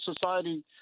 society